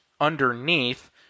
underneath